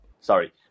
Sorry